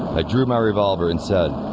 i drew my revolver and said,